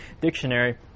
dictionary